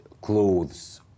clothes